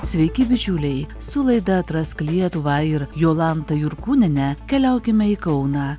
sveiki bičiuliai su laida atrask lietuvą ir jolanta jurkūniene keliaukime į kauną